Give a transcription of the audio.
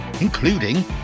including